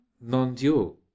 non-dual